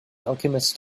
alchemist